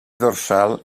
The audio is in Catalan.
dorsal